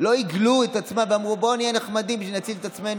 הם לא עיגלו את עצמם ואמרו: בואו נהיה נחמדים בשביל להציל את עצמנו.